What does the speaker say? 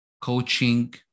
coaching